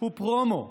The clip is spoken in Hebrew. הוא פרומו,